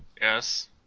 Yes